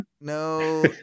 no